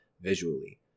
visually